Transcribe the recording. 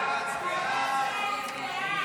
סעיפים 1 3,